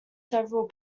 several